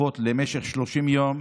דחופות למשך 30 יום,